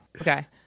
Okay